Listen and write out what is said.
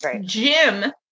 Jim